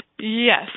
Yes